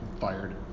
fired